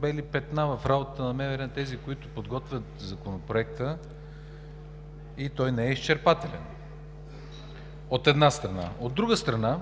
бели петна в работата на МВР, на тези, които подготвят Законопроекта, и той не е изчерпателен – от една страна. От друга страна,